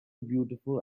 beautiful